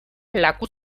laku